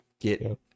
get